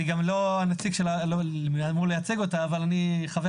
אני גם לא אמור לייצג אותה אבל אני חבר